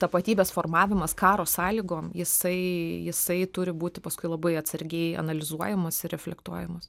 tapatybės formavimas karo sąlygom jisai jisai turi būti paskui labai atsargiai analizuojamas ir reflektuojamas